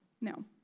No